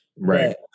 Right